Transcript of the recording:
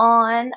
on